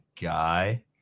guy